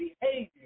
behavior